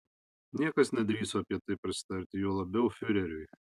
niekas nedrįso apie tai prasitarti juo labiau fiureriui